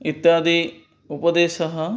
इत्यादि उपदेशः